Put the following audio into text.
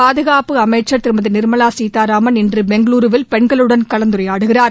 பாதுகாப்பு அமைச்சர் திருமதி நிர்மவா சீதாராமன் இன்று பெங்களூருவில் பெண்களுடன் கலந்துரையாடுகிறார்